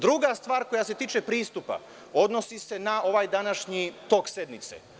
Druga stvar koja se tiče pristupa odnosi se na ovaj današnji tok sednice.